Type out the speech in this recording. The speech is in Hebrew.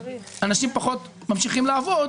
אנשים פחות ממשיכים לעבוד,